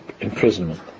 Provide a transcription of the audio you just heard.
imprisonment